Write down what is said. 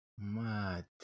Mad